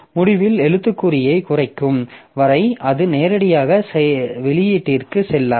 முடிவில் எழுத்துக்குறியைக் குறைக்கும் வரை அது நேரடியாக வெளியீட்டிற்குச் செல்லாது